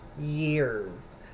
years